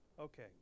Okay